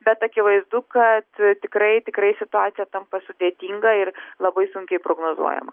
bet akivaizdu kad tikrai tikrai situacija tampa sudėtinga ir labai sunkiai prognozuojama